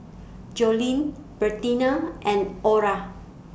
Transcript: Joleen Bertina and Orra